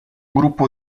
gruppo